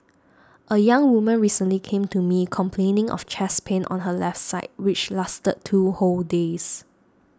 a young woman recently came to me complaining of chest pain on her left side which lasted two whole days